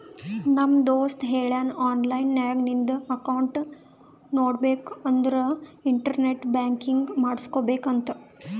ನಮ್ ದೋಸ್ತ ಹೇಳುನ್ ಆನ್ಲೈನ್ ನಾಗ್ ನಿಂದ್ ಅಕೌಂಟ್ ನೋಡ್ಬೇಕ ಅಂದುರ್ ಇಂಟರ್ನೆಟ್ ಬ್ಯಾಂಕಿಂಗ್ ಮಾಡ್ಕೋಬೇಕ ಅಂತ್